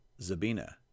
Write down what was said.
Zabina